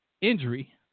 injury